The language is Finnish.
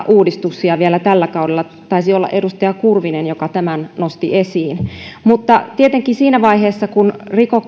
uudistuksia vielä tällä kaudella taisi olla edustaja kurvinen joka tämän nosti esiin mutta tietenkin siinä vaiheessa kun